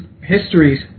histories